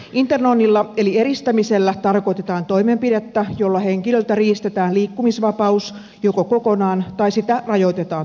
internoinnilla eli eristämisellä tarkoitetaan toimenpidettä jolla henkilöltä riistetään liikkumisvapaus joko kokonaan tai sitä rajoitetaan tuntuvasti